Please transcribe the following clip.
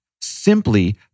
simply